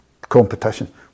competition